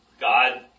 God